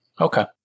okay